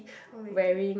old lady